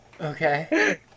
Okay